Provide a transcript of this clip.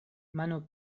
mano